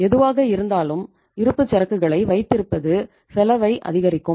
எதுவாக இருந்தாலும் இருப்புச்சரக்குகளை வைத்திருப்பது செலவை அதிகரிக்கும்